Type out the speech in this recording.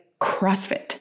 CrossFit